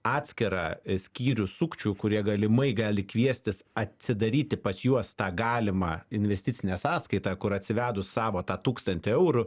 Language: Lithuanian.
atskirą skyrių sukčių kurie galimai gali kviestis atsidaryti pas juos tą galimą investicinę sąskaitą kur atsivedus savo tą tūkstantį eurų